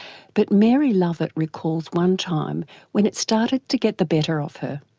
but mary lovett recalls one time when it started to get the better of her.